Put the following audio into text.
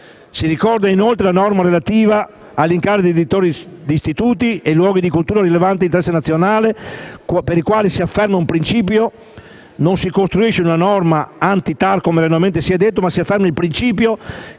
Si ricorda inoltre la norma relativa agli incarichi di direttore di istituti e luoghi della cultura di rilevante interesse nazionale, per i quali si afferma un principio: non si costruisce una norma anti-TAR, come erroneamente si è detto, ma si afferma il principio per il quale